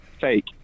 fake